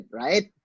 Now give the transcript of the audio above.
right